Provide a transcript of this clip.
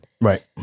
Right